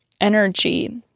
energy